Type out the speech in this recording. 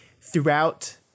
throughout